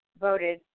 voted